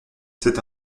cet